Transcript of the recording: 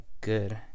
good